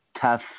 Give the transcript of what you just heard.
tough